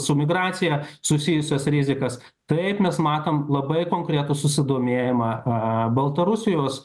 su migracija susijusias rizikas taip mes matom labai konkretų susidomėjimą baltarusijos